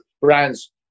brands